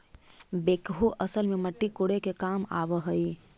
backhoe असल में मट्टी कोड़े के काम आवऽ हई